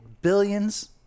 billions